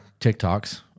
TikToks